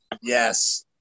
Yes